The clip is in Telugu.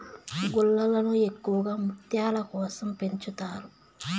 గుల్లలను ఎక్కువగా ముత్యాల కోసం పెంచుతారు